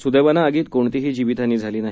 सुदैवाने आगीत कोणतीही जीवितहानी झाली नाही